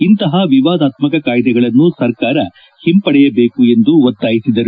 ಇಂತಹ ವಿವಾದಾತ್ಪಕ ಕಾಯ್ದೆಗಳನ್ನು ಸರ್ಕಾರ ಹಿಂಪಡೆಯಬೇಕು ಎಂದು ಒತ್ತಾಯಿಸಿದರು